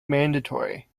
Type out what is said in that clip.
mandatory